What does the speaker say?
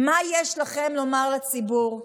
מה יש לכם לומר לציבור?